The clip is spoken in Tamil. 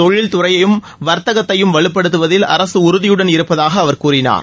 தொழில் துறையையும் வர்த்தகத்தையும் வலுப்படுத்துவதில் அரசு உறுதியுடன் இருப்பதாக அவர் கூறினார்